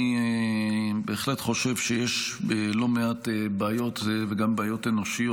אני בהחלט חושב שיש לא מעט בעיות וגם בעיות אנושיות